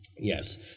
Yes